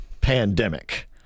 pandemic